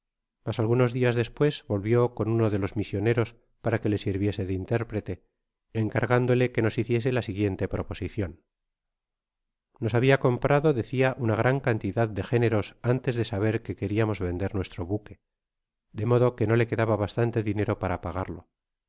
mas algunos dias despues volvió con uno de los misioneros para que le sirviese de intérprete encargándole que nos hiciese la siguiente proposicion nos habia comprado decia una gran cantidad de géneros antes de saber que queriamos vender nuestro buque de modo que no le quedaba bastante dinero para pagarlo